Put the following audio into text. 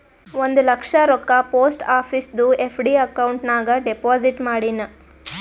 ಒಂದ್ ಲಕ್ಷ ರೊಕ್ಕಾ post ಆಫೀಸ್ದು FD account ನಾಗ್ deposit ಮಾಡಿನ್